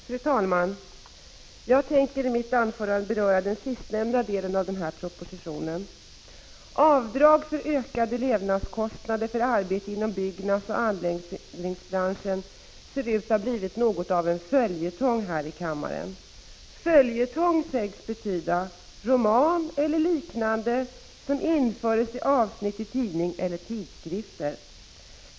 Fru talman! Jag tänker i mitt anförande beröra den del av propositionen som det här senast talats om. Frågan om avdrag för ökade levnadskostnader för arbete inom byggnadsoch anläggningsbranschen verkar ha blivit något av en följetong i riksdagen. Följetong sägs betyda roman eller liknande som införs i avsnitt i tidningar eller tidskrifter.